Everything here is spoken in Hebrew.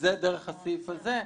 וזה דרך הסעיף הזה,